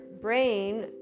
brain